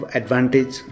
advantage